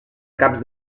caps